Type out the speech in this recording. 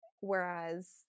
whereas